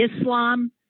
Islam